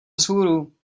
vzhůru